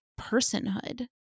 personhood